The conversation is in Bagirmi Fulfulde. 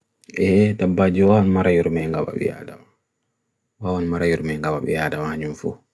ee, tebha julaan marayur meha nga bha bhi yadam wawan marayur meha nga bhi yadam han junfuh